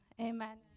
amen